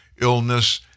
illness